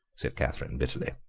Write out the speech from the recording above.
said catherine bitterly.